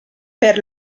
per